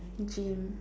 gym